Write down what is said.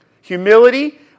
humility